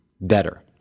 better